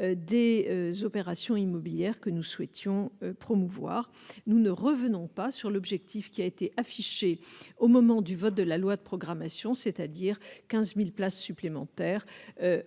des opérations immobilières que nous souhaitions promouvoir, nous ne revenons pas sur l'objectif qui a été affichée au moment du vote de la loi de programmation, c'est-à-dire 15000 places supplémentaires